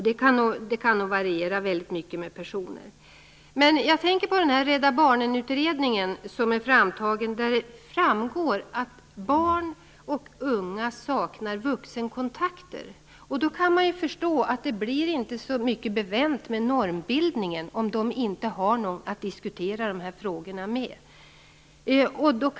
Det kan nog variera väldigt mycket mellan olika personer. Jag tänker på en utredning som Rädda Barnen tagit fram, där det framgår att barn och unga saknar vuxenkontakter. Man kan ju förstå att det inte blir så mycket bevänt med normbildningen om de inte har någon att diskutera frågorna med.